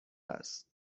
است